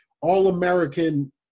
all-American